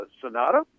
Sonata